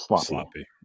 sloppy